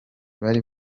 bari